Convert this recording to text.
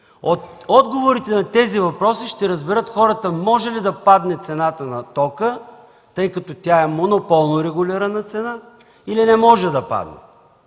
отговорите на тези въпроси хората ще разберат може ли да падне цената на тока, тъй като тя е монополно регулирана цена, или не може да падне.